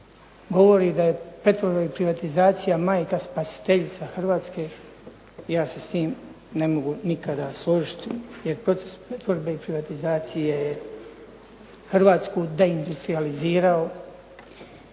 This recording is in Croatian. govori da je pretvorba i privatizacija majka spasiteljica Hrvatske, ja se s tim ne mogu nikada složiti jer proces pretvorbe i privatizacije je Hrvatsku deindustrijalizirao,